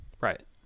Right